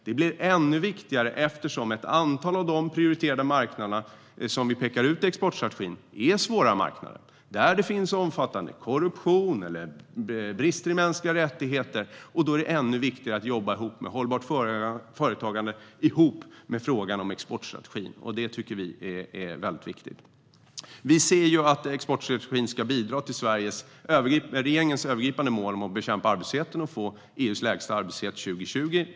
Det blir ännu viktigare eftersom ett antal av de prioriterade marknader vi pekar ut i exportstrategin är svåra marknader där det finns omfattande korruption eller brister i mänskliga rättigheter. Därför är det ännu viktigare att jobba med hållbart företagande ihop med frågan om exportstrategin, och det tycker vi är väldigt viktigt. Vi ser att exportstrategin ska bidra till regeringens övergripande mål att bekämpa arbetslösheten och få EU:s lägsta arbetslöshet 2020.